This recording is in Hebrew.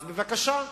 אז בבקשה,